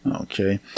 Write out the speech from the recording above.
Okay